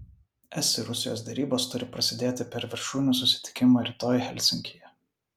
es ir rusijos derybos turi prasidėti per viršūnių susitikimą rytoj helsinkyje